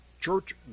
church